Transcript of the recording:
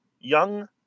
Young